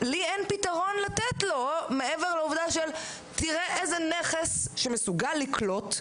לי אין פתרון לתת לו מעבר לעובדה של תראה איזה נכס שמסוגל לקלוט,